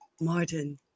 Martin